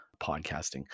podcasting